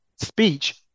speech